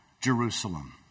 Jerusalem